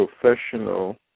professional